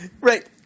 Right